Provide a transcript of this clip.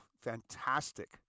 fantastic